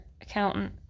accountant